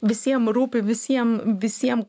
visiem rūpi visims visiem